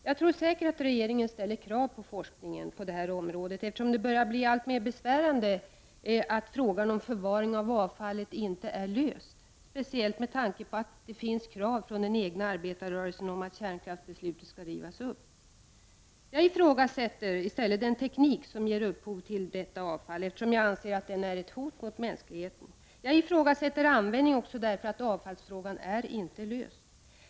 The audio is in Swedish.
Jag tror visst att regeringen ställer krav på forskningen på detta område, eftersom det börjar bli alltmer besvärande att frågan om förvaringen av avfallet inte är löst, speciellt med tanke på att den egna arbetarrörelsen ställer krav på att kärnkraftsbeslutet skall rivas upp. Jag ifrågasätter i stället den teknik som ger upphov till detta avfall, eftersom jag anser att denna är ett hot mot mänskligheten. Jag ifrågasätter användningen också därför att avfallsfrågan inte är löst.